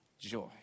joy